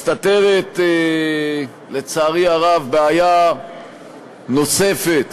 מסתתרת, לצערי הרב, בעיה נוספת,